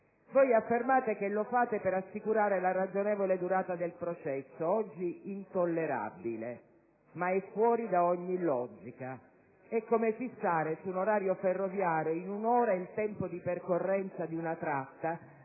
Voi affermate che lo fate per assicurare la ragionevole durata del processo, oggi intollerabile. Ma è fuori da ogni logica: è come fissare su un orario ferroviario in un'ora il tempo di percorrenza di una tratta,